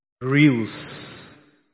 reels